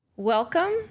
Welcome